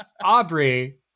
Aubrey